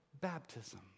baptism